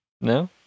No